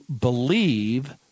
believe